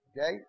Okay